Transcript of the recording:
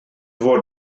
fod